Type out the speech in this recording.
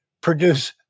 produce